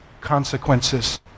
consequences